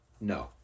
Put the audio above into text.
no